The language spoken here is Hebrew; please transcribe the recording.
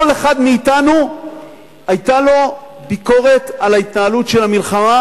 לכל אחד מאתנו היתה ביקורת על ההתנהלות של המלחמה,